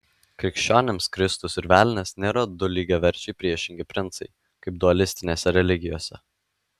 krikščionims kristus ir velnias nėra du lygiaverčiai priešingi princai kaip dualistinėse religijose